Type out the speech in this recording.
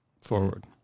forward